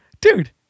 Dude